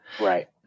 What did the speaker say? Right